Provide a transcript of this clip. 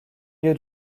lieu